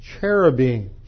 cherubim